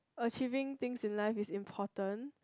achieving things in life is important